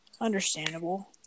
Understandable